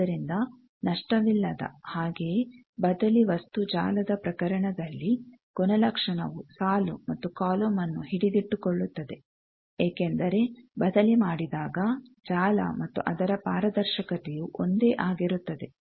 ಆದ್ದರಿಂದ ನಷ್ಟವಿಲ್ಲದ ಹಾಗೆಯೇ ಬದಲಿ ವಸ್ತು ಜಾಲದ ಪ್ರಕರಣದಲ್ಲಿ ಗುಣಲಕ್ಷಣವು ಸಾಲು ಮತ್ತು ಕಾಲಮ್ನ್ನು ಹಿಡಿದಿಟ್ಟುಕೊಳ್ಳುತ್ತದೆ ಏಕೆಂದರೆ ಬದಲಿ ಮಾಡಿದಾಗ ಜಾಲ ಮತ್ತು ಅದರ ಪಾರದರ್ಶಕತೆಯು ಒಂದೇ ಆಗಿರುತ್ತದೆ